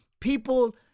people